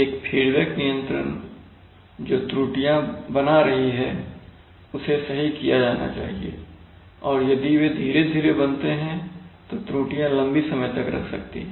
एक फीडबैक नियंत्रण जो त्रुटियां बना रही हैं उसे सही किया जाना चाहिए और यदि वे धीरे धीरे बनते हैं तो त्रुटियां लंबे समय तक रहती हैं